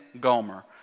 Gomer